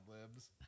libs